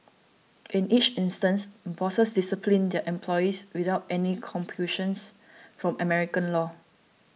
in each instance bosses disciplined their employees without any compulsions from American law